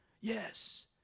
yes